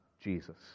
Jesus